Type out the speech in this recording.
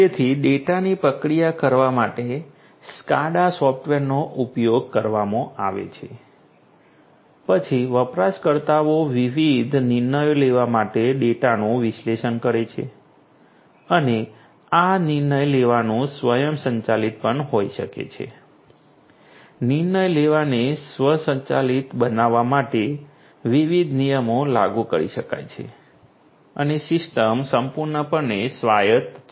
તેથી ડેટાની પ્રક્રિયા કરવા માટે SCADA સૉફ્ટવેરનો ઉપયોગ કરવામાં આવે છે પછી વપરાશકર્તાઓ વિવિધ નિર્ણયો લેવા માટે ડેટાનું વિશ્લેષણ કરે છે અને આ નિર્ણય લેવાનું સ્વયંસંચાલિત પણ હોઈ શકે છે નિર્ણય લેવાને સ્વચાલિત બનાવવા માટે વિવિધ નિયમો લાગુ કરી શકાય છે અને સિસ્ટમ સંપૂર્ણપણે સ્વાયત્ત છે